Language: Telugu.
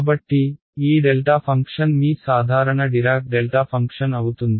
కాబట్టి ఈ డెల్టా ఫంక్షన్ మీ సాధారణ డిరాక్ డెల్టా ఫంక్షన్ అవుతుంది